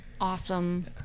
awesome